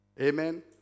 Amen